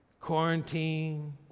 Quarantine